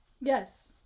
yes